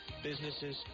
businesses